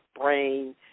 brain